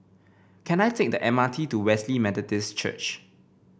can I take the M R T to Wesley Methodist Church